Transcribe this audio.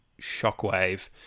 shockwave